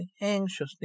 anxiously